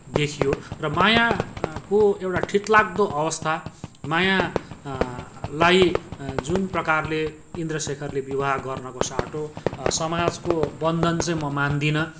देखियो र मायाको एउटा टिकलाग्दो अवस्था माया लाई जुन प्रकारले इन्द्रशेखरले विवाह गर्नको साटो समाजको बन्धन चाहिँ म मान्दिनँ